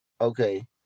okay